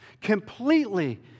completely